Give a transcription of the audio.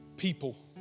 people